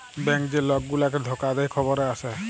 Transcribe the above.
bank যে লক গুলাকে ধকা দে খবরে আসে